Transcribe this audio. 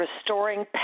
restoring